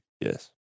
Yes